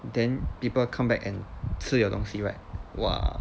then people come back and 吃 your 东西 right !wah!